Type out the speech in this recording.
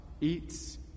eats